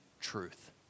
truth